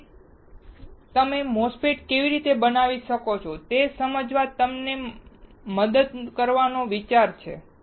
તેથી તમે MOSFET કેવી રીતે બનાવી શકો છો તે સમજવામાં તમને મદદ કરવાનો વિચાર છે